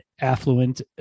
affluent